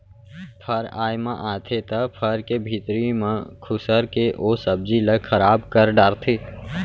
फर आए म आथे त फर के भीतरी म खुसर के ओ सब्जी ल खराब कर डारथे